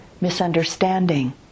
misunderstanding